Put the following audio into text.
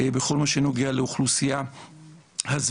בכל מה שנוגע לאוכלוסייה הזאת.